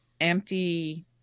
empty